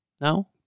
No